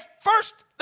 first